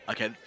Okay